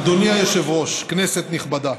אדוני היושב-ראש, כנסת נכבדה,